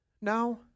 now